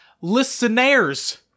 Listeners